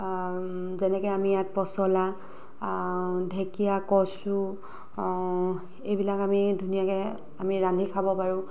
যেনেকৈ আমি ইয়াত পচলা ঢেঁকীয়া কচু এইবিলাক আমি ধুনীয়াকৈ আমি ৰান্ধি খাব পাৰোঁ